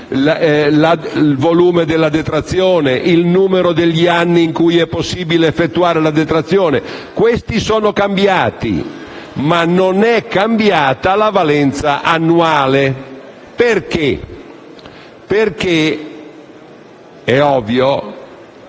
il volume della detrazione, il numero degli anni in cui è possibile effettuare la detrazione. Questi sono cambiati, ma non è cambiata la valenza annuale. Perché? È ovvio.